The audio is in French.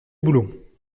boulot